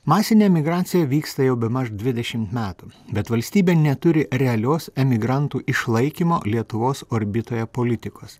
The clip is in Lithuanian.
masinė emigracija vyksta jau bemaž dvidešim metų bet valstybė neturi realios emigrantų išlaikymo lietuvos orbitoje politikos